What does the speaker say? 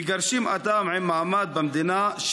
מגרשים אדם עם מעמד במדינה,